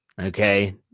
okay